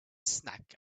snack